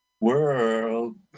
world